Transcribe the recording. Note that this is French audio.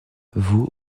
vous